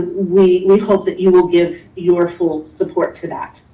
we hope that you will give your full support to that.